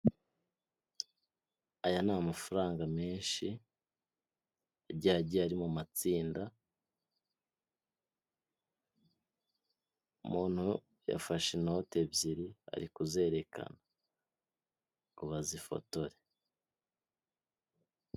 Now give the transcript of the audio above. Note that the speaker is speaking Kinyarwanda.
Urupapuro rw'umweru ruriho amagambo yanditse mu rurimi rw'icyongereza, n'andi magambo agiye yanditse mu mpine, ariho amabara abiri atandukanye aho hari ama uruhande ruriho amabara y'ubururu, urundi rukaba ruriho amabara y'umweru, amagambo y'ururimi rw'icyongereza yanditse mu mabara y'umukara.